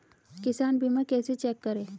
किसान बीमा कैसे चेक करें?